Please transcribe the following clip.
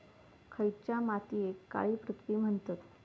खयच्या मातीयेक काळी पृथ्वी म्हणतत?